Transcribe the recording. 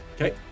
Okay